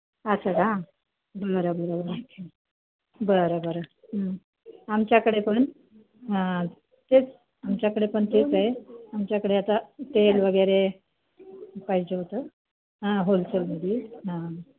असं का बरं बरं बरं बरं बरं हं आमच्याकडे पण हां तेच आमच्याकडे पण तेच आहे आमच्याकडे आता तेल वगैरे पाहिजे होतं हा होलसेलमध्ये हां